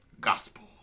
gospel